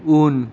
उन